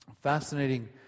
fascinating